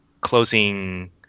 closing